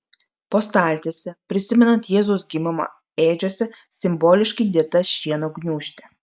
po staltiese prisimenant jėzaus gimimą ėdžiose simboliškai dėta šieno gniūžtė